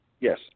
Yes